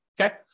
Okay